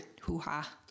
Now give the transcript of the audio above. hoo-ha